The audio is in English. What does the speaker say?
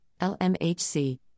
LMHC